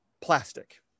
plastic